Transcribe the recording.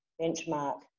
benchmark